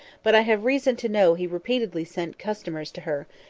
but i have reason to know he repeatedly sent customers to her,